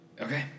Okay